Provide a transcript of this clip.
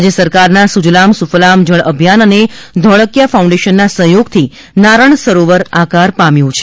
રાજ્ય સરકારના સુજલામ સૂકલામ જળ અભિયાન અને ધોળકીયા ફાઉન્ડેશનના સહયોગથી નારણ સરોવર આકાર પામ્યું છે